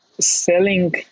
selling